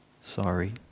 Sorry